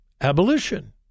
abolition